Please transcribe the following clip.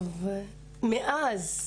מאז,